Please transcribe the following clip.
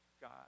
God